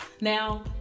Now